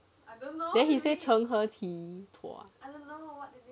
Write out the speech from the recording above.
then he say 成何体统 ah